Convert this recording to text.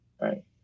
Right